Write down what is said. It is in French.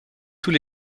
tous